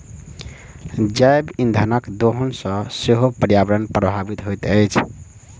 जैव इंधनक दोहन सॅ सेहो पर्यावरण प्रभावित होइत अछि